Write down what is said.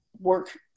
work